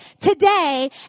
today